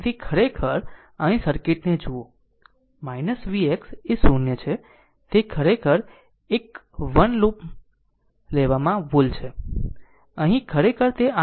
તેથી ખરેખર અહીં સર્કિટ ને જુઓ Vx એ 0 છે તે ખરેખર 1 વન લેવામાં ભૂલ છે અહીં ખરેખર તે 8 છે